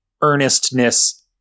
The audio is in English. earnestness